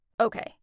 Okay